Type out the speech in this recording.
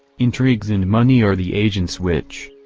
intrigues and money are the agents which,